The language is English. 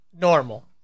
Normal